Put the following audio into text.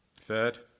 Third